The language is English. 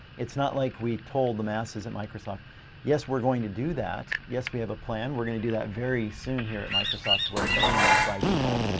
it's not like we told the masses at microsoft yes we're going to do that, yes we have a plan we're gonna do that very soon here at microsoft where everyone is by default.